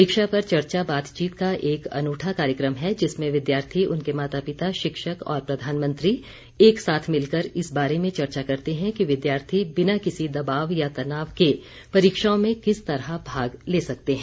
परीक्षा पर चर्चा बातचीत का एक अनूठा कार्यक्रम है जिसमें विद्यार्थी उनके माता पिता शिक्षक और प्रधानमंत्री एक साथ मिलकर इस बारे में चर्चा करते हैं कि विद्यार्थी बिना किसी दबाव या तनाव के परीक्षाओं में किस तरह भाग ले सकते हैं